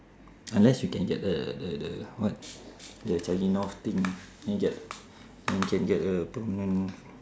unless you can get the the the the what the changi north thing can get you can get a permanent